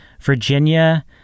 Virginia